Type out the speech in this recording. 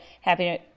Happy